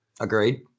Agreed